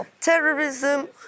Terrorism